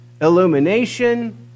illumination